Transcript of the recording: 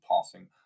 passing